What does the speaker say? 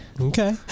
Okay